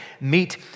meet